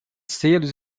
selos